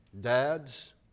Dads